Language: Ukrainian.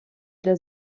для